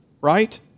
right